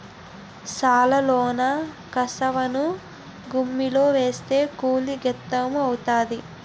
సాలలోన కసవను గుమ్మిలో ఏస్తే కుళ్ళి గెత్తెము అవుతాది